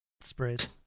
Sprays